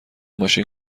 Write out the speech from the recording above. ماشین